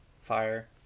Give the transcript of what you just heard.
fire